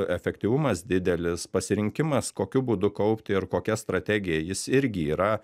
efektyvumas didelis pasirinkimas kokiu būdu kaupti ir kokia strategija jis irgi yra